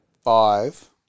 five